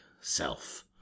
self